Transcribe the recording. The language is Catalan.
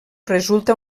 resulta